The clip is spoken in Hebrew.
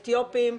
אתיופים,